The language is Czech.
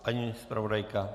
Paní zpravodajka?